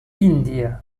índia